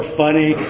funny